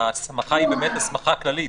ההסמכה היא באמת הסמכה כללית,